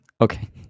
Okay